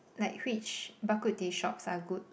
like which Bak-Kut-Teh shops are good